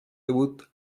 debut